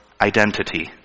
identity